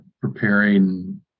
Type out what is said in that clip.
preparing